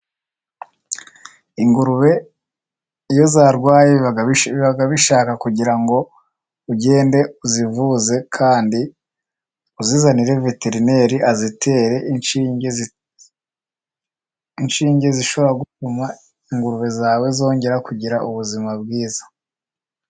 Ingurube iyo zarwaye biba bishaka kugira ngo ugende uzivuze, kandi uzizanire Veterineri azitere inshinge. Inshinge zishobora gutuma ingurube zawe zongera kugira ubuzima bwiza.